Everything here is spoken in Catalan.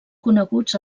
coneguts